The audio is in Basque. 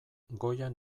goian